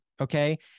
Okay